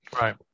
Right